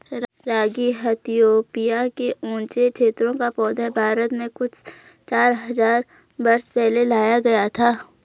रागी Ethiopia के ऊँचे क्षेत्रों का पौधा है भारत में कुछ चार हज़ार बरस पहले लाया गया था